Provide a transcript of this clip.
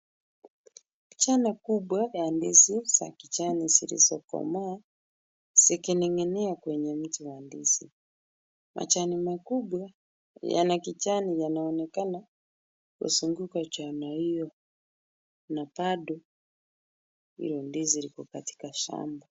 Jani kubwa ya ndizi za kijani zilizokoma zikining'inia kwenye miti ya ndizi. Majani makubwa yana kijani yanaonekana kuzunguka jani hiyo na bado hiyo ndizi lipo katika shamba.